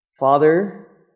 Father